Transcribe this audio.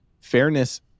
fairness